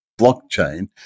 blockchain